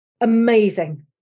amazing